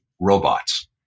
Robots